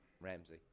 Ramsey